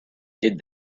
did